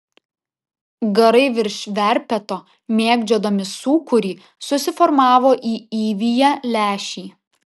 garai virš verpeto mėgdžiodami sūkurį susiformavo į įviją lęšį